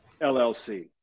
LLC